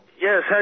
Yes